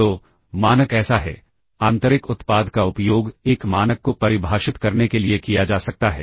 तो मानक ऐसा है आंतरिक उत्पाद का उपयोग एक मानक को परिभाषित करने के लिए किया जा सकता है